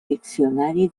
diccionari